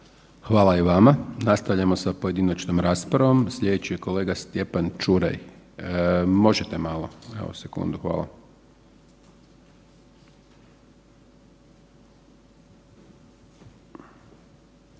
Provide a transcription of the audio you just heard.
Hvala i vama. Nastavljamo sa pojedinačnom raspravom. Slijedeći je kolega Stjepan Čuraj. Možete malo, evo sekundu, hvala.